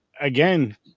again